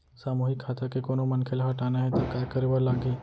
सामूहिक खाता के कोनो मनखे ला हटाना हे ता काय करे बर लागही?